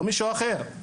לא מישהו אחר,